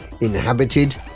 inhabited